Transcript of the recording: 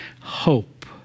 hope